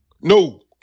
No